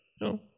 No